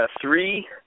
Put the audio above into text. three